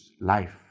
life